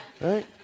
Right